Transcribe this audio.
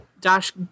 dash